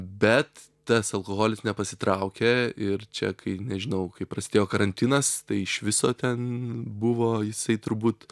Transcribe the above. bet tas alkoholis nepasitraukė ir čia kai nežinau kai prasidėjo karantinas tai iš viso ten buvo jisai turbūt